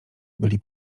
byli